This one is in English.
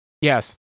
Yes